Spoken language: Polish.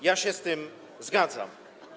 Ja się z tym zgadzam.